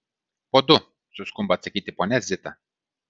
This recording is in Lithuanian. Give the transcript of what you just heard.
po du suskumba atsakyti ponia zita